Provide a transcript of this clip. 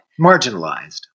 Marginalized